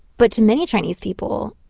but to many chinese people,